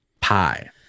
Pie